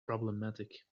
problematic